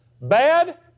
Bad